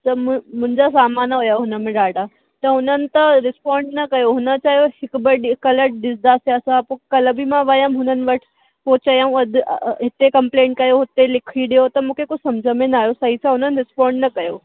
त मु मुंहिंजा सामान हुया हुनमें ॾाढा त हुननि त रिसपोंड न कयो हुननि चयो हिकु ॿ कल्ह ॾिसंदासीं असां पोइ कल्ह बि मां वयमि हुननि वटि पोइ चयूं अध हिते कंप्लेंट कयो हुते लिखी ॾेयो त मांखे कुछ सम्झि में न आयो सही सां हुननि रिसपोंड न कयो